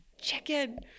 Chicken